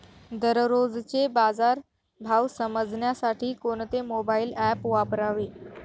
दररोजचे बाजार भाव समजण्यासाठी कोणते मोबाईल ॲप वापरावे?